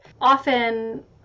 often